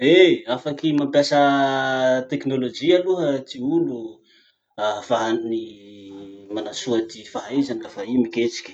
Eh afaky mampiasa teknologie aloha ty olo ahafahany manasoa ty fahaizany lafa i miketriky.